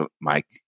Mike